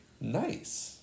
nice